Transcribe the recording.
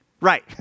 right